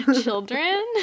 Children